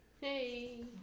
Hey